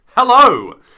Hello